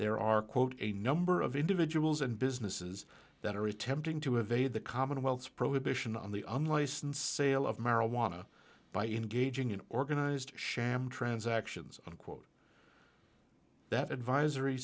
there are quote a number of individuals and businesses that are attempting to evade the commonwealth's prohibition on the unlicensed sale of marijuana by engaging in organized sham transactions unquote that advisory